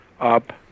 up